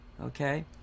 Okay